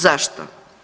Zašto?